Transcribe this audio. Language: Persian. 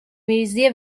ریزی